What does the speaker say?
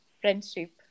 friendship